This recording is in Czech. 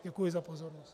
Děkuji za pozornost.